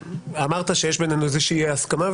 אמרת שיש בינינו איזו שהיא הסכמה,